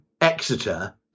Exeter